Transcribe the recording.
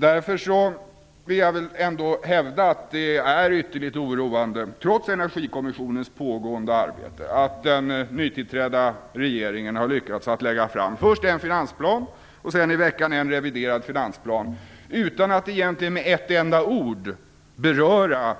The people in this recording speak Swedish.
Därför vill jag ändå hävda att det, trots Energikommissionens pågående arbete, är ytterligt oroande att den nytillträdda regeringen har lyckats att lägga fram först en finansplan och sedan i veckan en reviderad finansplan utan att egentligen med ett enda ord beröra